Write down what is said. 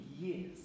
years